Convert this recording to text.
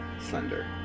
Slender